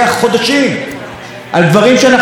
דברים שאנחנו יודעים שצריכים לעשות,